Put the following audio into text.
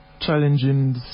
challenging